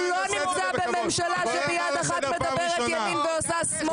הוא לא נמצא בממשלה שיד אחת מדברת ימין ועושה שמאל.